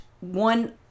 one